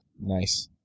Nice